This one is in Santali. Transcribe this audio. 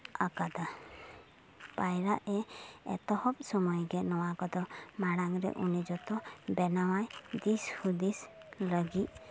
ᱟᱠᱟᱫᱟ ᱯᱟᱭᱨᱟᱜ ᱮ ᱮᱛᱚᱦᱚᱵ ᱥᱚᱢᱚᱭᱜᱮ ᱱᱚᱣᱟ ᱠᱚᱫᱚ ᱢᱟᱲᱟᱝ ᱨᱮ ᱩᱱᱤ ᱡᱚᱛᱚ ᱵᱮᱱᱟᱣ ᱟᱭ ᱫᱤᱥ ᱦᱩᱫᱤᱥ ᱞᱟᱹᱜᱤᱫ